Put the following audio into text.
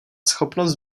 schopnost